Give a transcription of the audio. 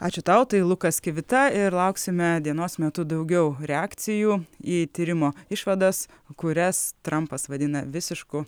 ačiū tau tai lukas kivita ir lauksime dienos metu daugiau reakcijų į tyrimo išvadas kurias trampas vadina visišku